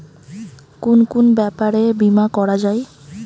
কুন কুন ব্যাপারে বীমা করা যায়?